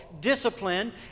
discipline